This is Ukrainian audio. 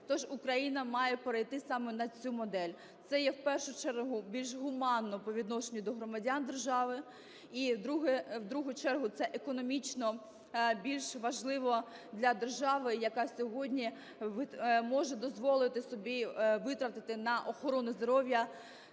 Тож Україна має перейти саме на цю модель, це є, в першу чергу, більш гуманно по відношенню до громадян держави і, в другу чергу, це економічно більш важливо для держави, яка сьогодні може дозволити собі витратити на охорону здоров'я